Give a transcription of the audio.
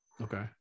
Okay